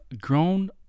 grown